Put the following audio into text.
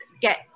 get